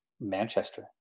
Manchester